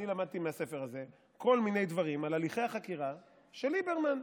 אני למדתי מהספר הזה כל מיני דברים על הליכי החקירה של ליברמן.